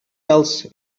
else